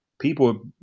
people